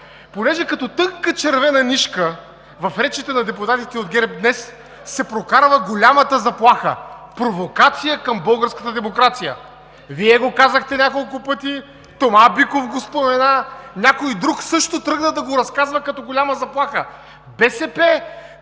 Понеже като тънка червена нишка в речите на депутатите от ГЕРБ днес се прокарва голямата заплаха – провокация към българската демокрация. Вие го казахте няколко пъти, Тома Биков го спомена, някой друг също тръгна да го разказва като голяма заплаха – БСП